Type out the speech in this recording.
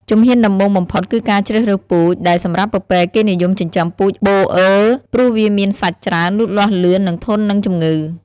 ជំហានដំបូងបំផុតគឺការជ្រើសរើសពូជ ដែលសម្រាប់ពពែគេនិយមចិញ្ចឹមពូជបូអឺ ព្រោះវាមានសាច់ច្រើន លូតលាស់លឿន និងធន់នឹងជំងឺ។